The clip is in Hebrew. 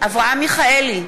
אברהם מיכאלי,